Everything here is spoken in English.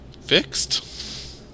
fixed